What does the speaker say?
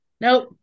Nope